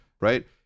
right